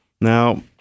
Now